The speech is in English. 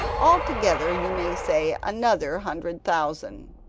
altogether you may say another hundred thousand,